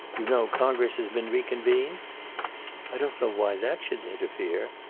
you know congress has been re-convened i don't know why that should interfere.